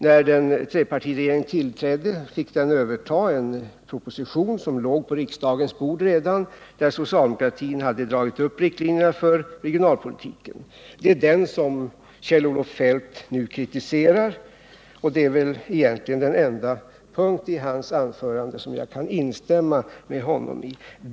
När trepartiregeringen tillträdde fick den överta en proposition som redan låg på riksdagens bord och där socialdemokratin hade dragit upp riktlinjerna för regionalpolitiken. Det är den som Kjell-Olof Feldt nu kritiserar, och det är väl egentligen den enda punkt i hans anförande som jag kan instämma med honom i.